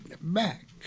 back